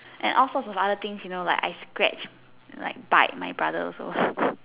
and all sorts of other things you know like I scratch like bite my brother also